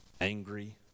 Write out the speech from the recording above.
Angry